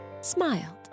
smiled